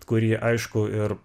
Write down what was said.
kurį aišku ir